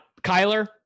Kyler